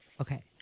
okay